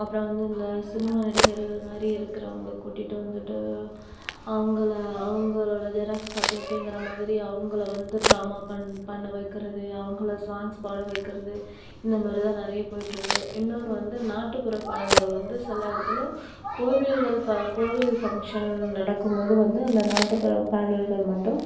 அப்புறம் வந்து இந்த சினிமா நடிகர்கள் மாதிரி இருக்குறவங்கள கூட்டிட்டு வந்துட்டு அவங்கள அவங்களோட ஜெராக்ஸ் காப்பிய அப்படிங்குற மாதிரி அவங்கள வந்து டிராமா பண் பண்ண வைக்கிறது அவங்கள சாங்ஸ் பாட வைக்கிறது இந்த மாதிரி தான் நிறையா போய்ட்டு இருக்குது இன்னொன்று வந்து நாட்டுப்புற பாடல்கள் வந்து சில இடத்துல கோவில்களுக்காக கோவில் ஃபங்க்ஷன் நடக்கும் போது வந்து அந்த நாட்டுப்புற பாடல்கள் மட்டும்